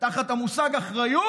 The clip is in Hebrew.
תחת המושג אחריות,